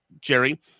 Jerry